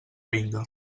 vinga